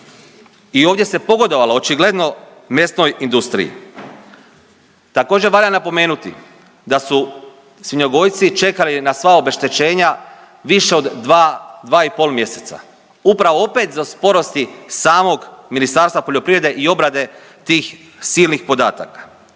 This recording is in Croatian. i ovdje se pogodovalo očigledno mesnoj industriji. Također valja napomenuti da su svinjogojci čekali na sva obeštećenja više od dva, dva i pol mjeseca upravo opet zbog sporosti samog Ministarstva poljoprivrede i obrade tih silnih podataka.